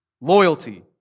loyalty